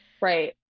Right